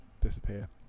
disappear